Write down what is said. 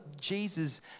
Jesus